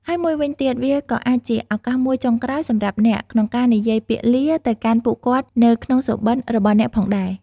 ហើយមួយវិញទៀត វាក៏អាចជាឱកាសមួយចុងក្រោយ សម្រាប់អ្នក ក្នុងការនិយាយពាក្យលា ទៅកាន់ពួកគាត់នៅ ក្នុងសុបិន្តរបស់អ្នកផងដែរ ។